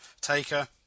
Taker